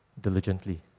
diligently